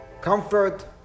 comfort